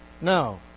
No